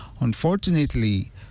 Unfortunately